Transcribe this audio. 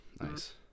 Nice